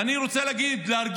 ואני רוצה להרגיע,